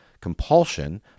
compulsion